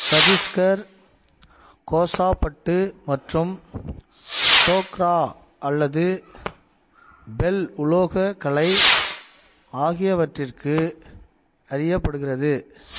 சத்தீஸ்கர் கோசா பட்டு மற்றும் டோக்ரா அல்லது பெல் உலோக கலை ஆகியவற்றிற்கு அறியப்படுகிறது